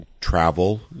travel